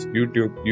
YouTube